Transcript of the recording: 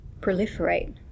proliferate